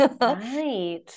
Right